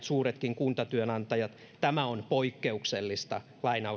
suuretkin kuntatyönantajat tämä on poikkeuksellista